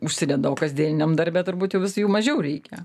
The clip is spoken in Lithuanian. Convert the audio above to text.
užsideda o kasdieniniam darbe turbūt jau vis jų mažiau reikia